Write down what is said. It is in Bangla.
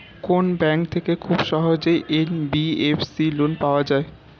কোন ব্যাংক থেকে খুব সহজেই এন.বি.এফ.সি লোন পাওয়া যায়?